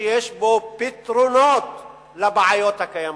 שיש בו פתרונות לבעיות הקיימות,